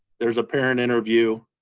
there's a parent interview,